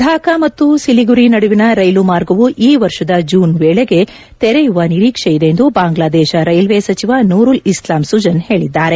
ಥಾಕಾ ಮತ್ತು ಸಿಲಿಗುರಿ ನಡುವಿನ ರೈಲು ಮಾರ್ಗವು ಈ ವರ್ಷದ ಜೂನ್ ವೇಳಿಗೆ ತೆರೆಯುವ ನಿರೀಕ್ಷೆ ಇದೆ ಎಂದು ಬಾಂಗ್ಲಾದೇಶ ರೈಲ್ವೆ ಸಚಿವ ನೂರುಲ್ ಇಸ್ಲಾಂ ಸುಜನ್ ಹೇಳಿದ್ದಾರೆ